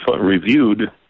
reviewed